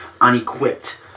unequipped